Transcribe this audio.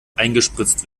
eingespritzt